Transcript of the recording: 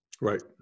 Right